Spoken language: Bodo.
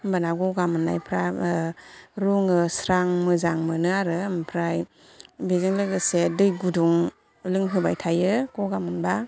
होमबाना गगा मोननायफ्राबो रुङो स्रां मोजां मोनो आरो ओमफ्राय बेजों लोगोसे दै गुदुं लोंहोबाय थायो गगा मोनबा